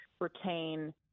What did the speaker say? retain